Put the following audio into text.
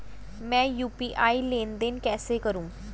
मैं यू.पी.आई लेनदेन कैसे करूँ?